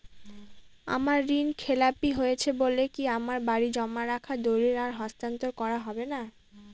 আমার ঋণ খেলাপি হয়েছে বলে কি আমার বাড়ির জমা রাখা দলিল আর হস্তান্তর করা হবে না?